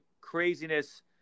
craziness